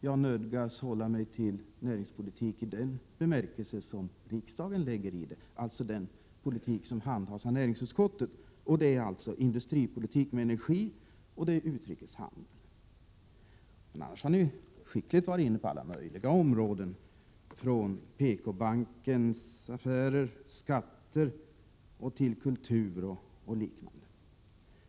Jag nödgas hålla mig till näringspolitiken i den bemärkelse som vi i riksdagen lägger i ordet, dvs. den politik som behandlas i näringsutskottet. Det är alltså industripolitik med energi och utrikeshandel. Ni har med skicklighet varit inne på alla möjliga områden, från PK-bankens affärer och skatter till kultur och liknande.